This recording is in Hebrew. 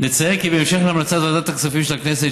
נציין כי בהמשך להמלצת ועדת הכספים של הכנסת,